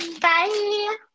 bye